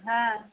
हां